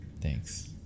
Thanks